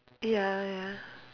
ya ya